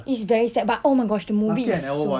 is very sad but oh my gosh the movie is so